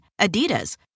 Adidas